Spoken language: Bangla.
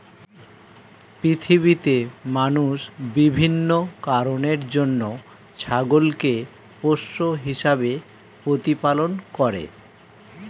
পৃথিবীতে মানুষ বিভিন্ন কারণের জন্য ছাগলকে পোষ্য হিসেবে প্রতিপালন করে